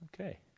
Okay